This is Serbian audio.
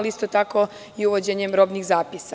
Isto tako i uvođenjem robnih zapisa.